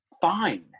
fine